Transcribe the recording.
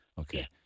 okay